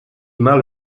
mal